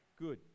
good